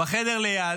בחדר ליד,